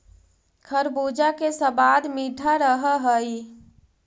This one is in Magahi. खरबूजा के सबाद मीठा रह हई